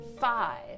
Five